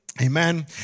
Amen